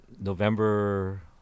November